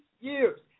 years